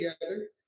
together